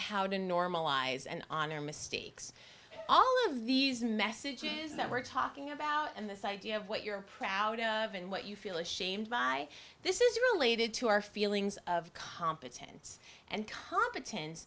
how to normalize and on our mistakes all of these messages that we're talking about and this idea of what you're proud of and what you feel ashamed by this is related to our feelings of competence and competen